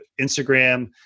Instagram